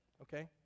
okay